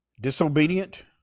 disobedient